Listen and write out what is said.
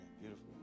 beautiful